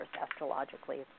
astrologically